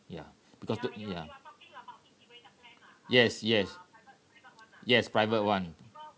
ya because the ya yes yes yes private one